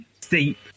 steep